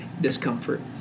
discomfort